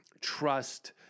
trust